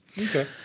Okay